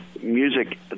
music